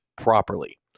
properly